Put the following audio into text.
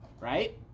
right